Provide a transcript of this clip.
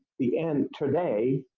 the end today,